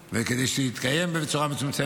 וכדי שיתקיים בצורה מצומצמת,